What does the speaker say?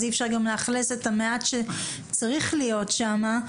אז אי אפשר גם לאכלס את המעט שצריך להיות שם,